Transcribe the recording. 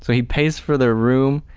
so he pays for their room,